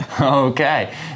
Okay